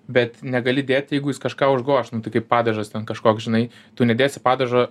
bet negali dėt jeigu jis kažką užgoš nu tai kaip padažas ten kažkoks žinai tu nedėsi padažo